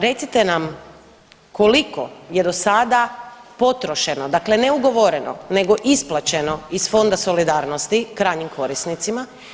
Recite nam koliko je do sada potrošeno, dakle ne ugovoreno nego isplaćeno iz Fonda solidarnosti krajnjim korisnicima?